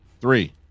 Three